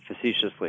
facetiously